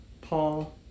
Paul